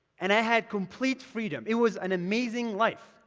and i had complete freedom. it was an amazing life.